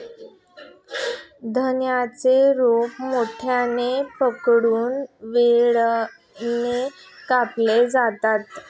धान्याची रोपे मुठीने पकडून विळ्याने कापली जातात